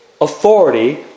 authority